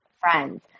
friends